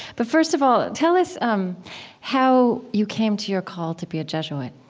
but first of all, tell us um how you came to your call to be a jesuit